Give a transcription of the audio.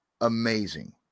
amazing